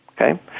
Okay